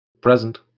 Present